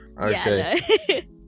okay